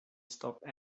stopped